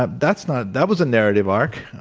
ah that's not that was a narrative arc.